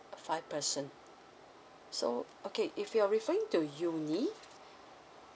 five person so okay if you're referring to uni